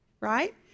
right